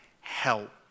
help